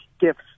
gifts